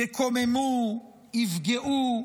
יקוממו, יפגעו,